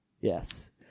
Yes